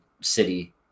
City